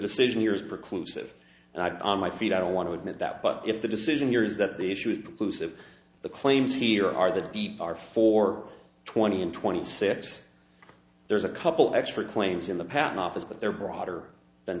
decision years precludes of i'd on my feet i don't want to admit that but if the decision here is that the issue is producer of the claims here are the deep are for twenty and twenty six there's a couple extra claims in the patent office but they're broader than